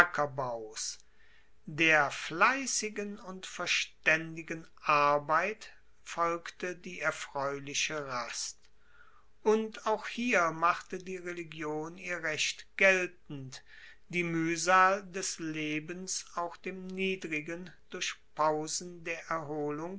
der fleissigen und verstaendigen arbeit folgte die erfreuliche rast und auch hier machte die religion ihr recht geltend die muehsal des lebens auch dem niedrigen durch pausen der erholung